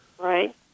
Right